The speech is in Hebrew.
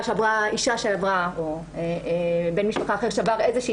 אישה או בן משפחה אחר שעבר איזושהי